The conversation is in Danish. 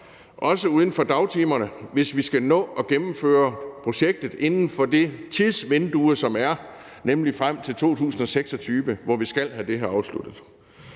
også uden for dagtimerne, hvis vi skal nå at gennemføre projektet inden for det tidsvindue, som er, nemlig frem til 2026, hvor vi skal have det her afsluttet.